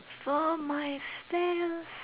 for myself